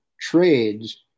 trades